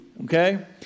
Okay